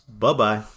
Bye-bye